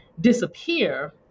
disappear